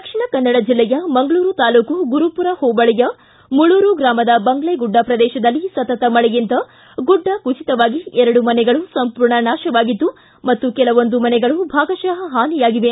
ದಕ್ಷಿಣ ಕನ್ನಡ ಜಿಲ್ಲೆಯ ಮಂಗಳೂರು ತಾಲ್ಲೂಕು ಗುರುಪರ ಹೋಬಳಿಯ ಮೂಳೂರು ಗ್ರಾಮದ ಬಂಗ್ಲೆ ಗುಡ್ಡ ಪ್ರದೇಶದಲ್ಲಿ ಸತತ ಮಳೆಯಿಂದ ಗುಡ್ಡ ಕುಸಿತವಾಗಿ ಎರಡು ಮನೆಗಳು ಸಂಪೂರ್ಣ ನಾಶವಾಗಿದ್ದು ಮತ್ತು ಕೆಲವೊಂದು ಮನೆಗಳು ಭಾಗಶ ಹಾನಿಯಾಗಿವೆ